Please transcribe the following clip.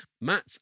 Matt